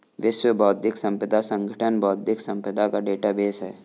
विश्व बौद्धिक संपदा संगठन बौद्धिक संपदा का डेटाबेस है